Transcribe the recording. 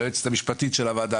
ליועצת המשפטית של הוועדה,